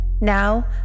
Now